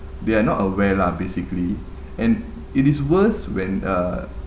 they are not aware lah basically and it is worse when uh